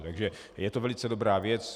Takže je to velice dobrá věc.